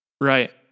Right